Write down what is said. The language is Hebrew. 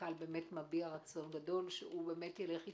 המנכ"ל מביע רצון גדול ללכת אתנו,